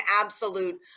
absolute